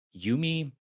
Yumi